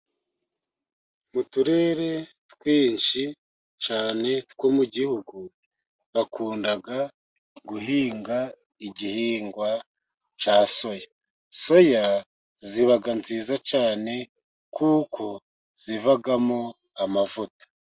Mu turere twinshi cyane two mu gihugu, bakunda guhinga igihingwa cya soya. Soya ziba nziza cyane, kuko zivamo amavuta.